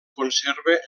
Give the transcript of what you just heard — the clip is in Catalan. conserva